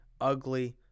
ugly